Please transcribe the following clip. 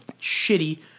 shitty